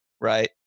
right